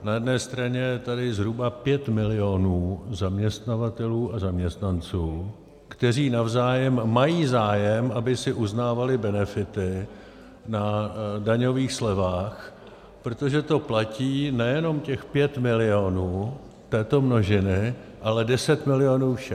Na jedné straně je tady zhruba 5 milionů zaměstnavatelů a zaměstnanců, kteří navzájem mají zájem, aby si uznávali benefity na daňových slevách, protože to platí nejenom těch 5 milionů této množiny, ale 10 milionů všech.